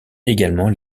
également